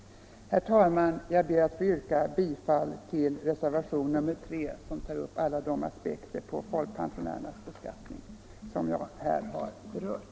Herr talman! Jag ber att få yrka bifall till reservationen 3, som tar upp alla de aspekter på folkpensionärernas beskattning som jag här har berört.